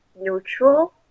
neutral